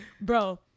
Bro